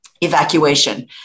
evacuation